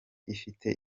ifite